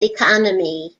economy